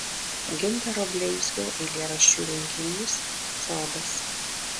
gintaro bleizgio eilėraščių rinkinys sodas